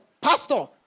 pastor